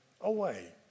away